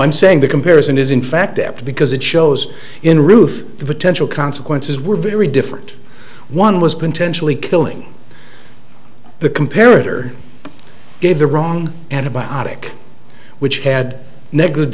i'm saying the comparison is in fact that because it shows in ruth the potential consequences were very different one was potentially killing the compare it or gave the wrong antibiotic which had no good